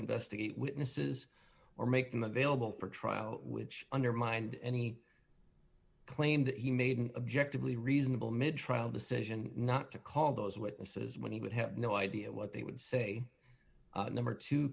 investigate witnesses or make them available for trial which undermined any claim that he made an object to be reasonable mid trial decision not to call those witnesses when he would have no idea what they would say number two